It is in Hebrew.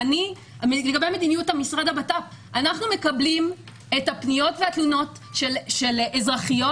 המשרד לביטחון פנים מקבל פניות ותלונות של אזרחיות,